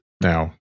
now